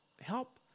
help